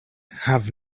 have